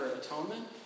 Atonement